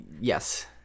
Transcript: yes